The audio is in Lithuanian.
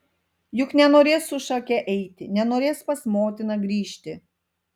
juk nenorės su šake eiti nenorės pas motiną grįžti